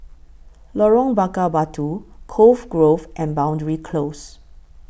Lorong Bakar Batu Cove Grove and Boundary Close